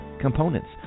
components